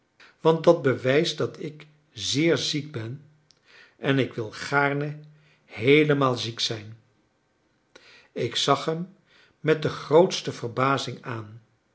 want dat bewijst dat ik zeer ziek ben en ik wil gaarne heelemaal ziek zijn ik zag hem met de grootste verbazing aan